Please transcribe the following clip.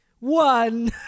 one